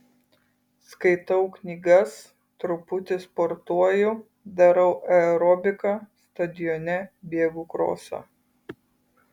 skaitau knygas truputį sportuoju darau aerobiką stadione bėgu krosą